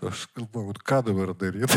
aš galvoju ką dabar daryt